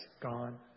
Gone